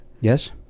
Yes